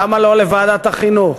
למה לא לוועדת החינוך?